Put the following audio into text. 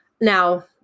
Now